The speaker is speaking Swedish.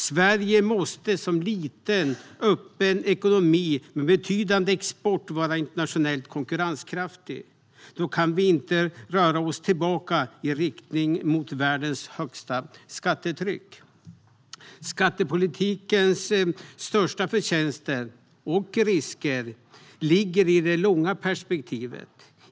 Sverige måste som en liten, öppen ekonomi med betydande export vara internationellt konkurrenskraftigt. Då kan vi inte röra oss tillbaka i riktning mot världens högsta skattetryck. Skattepolitikens största förtjänster och risker ligger i det långa perspektivet.